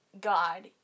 God